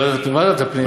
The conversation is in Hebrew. ועדת הפנים.